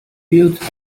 built